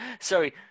Sorry